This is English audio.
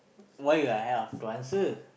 why you have to answer